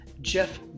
Jeff